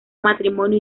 matrimonio